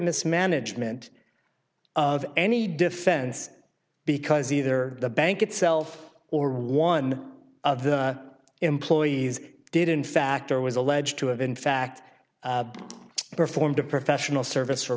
mismanagement of any defense because either the bank itself or one of the employees did in fact or was alleged to have in fact performed a professional service for